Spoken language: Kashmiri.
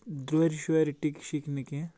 دورِ شورِ ٹِکہِ شِکہِ نہٕ کیٚنٛہہ